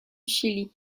chili